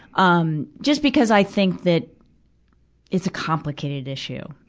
um just because i think that it's a complicated issue,